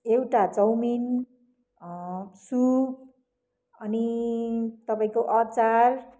एउटा chow mein soup अनि तपाईँको अचार